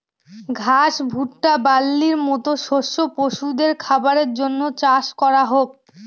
ঘাস, ভুট্টা, বার্লির মতো শস্য পশুদের খাবারের জন্য চাষ করা হোক